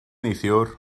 neithiwr